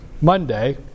Monday